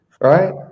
right